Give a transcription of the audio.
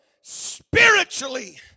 spiritually